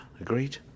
Agreed